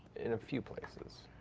in a few places.